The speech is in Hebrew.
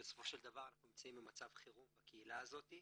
בסופו של דבר אנחנו נמצאים במצב חירום בקהילה הזאת,